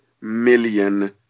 million